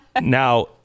now